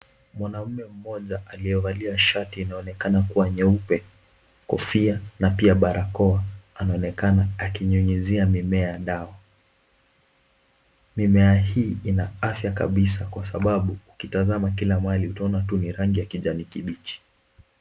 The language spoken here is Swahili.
Mwanaume mmoja aliyevalia shati inaonekana kuwa nyeupe, kofia na pia barakoa anaonekana akinyunyizia mimea dawa mimea hii ina afya kabisa kwa sababu ukitazama kila mahali ni rangi ya kijani kibichi.